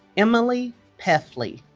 emily peffley